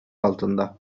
altında